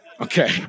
okay